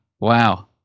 wow